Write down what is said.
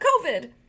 COVID